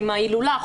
ההילולה,